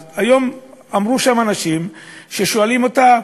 אז היום אמרו שם הנשים ששואלים אותה: